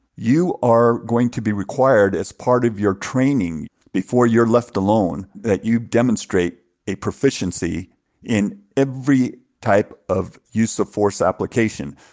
you are going to be required as part of your training before you're left alone that you demonstrate a proficiency in every type of use of force application.